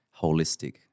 holistic